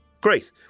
Great